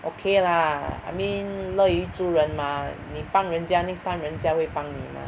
okay lah I mean 乐于助人 mah 你帮人家 next time 人家会帮你嘛